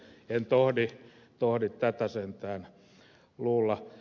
en tohdi tätä sentään luulla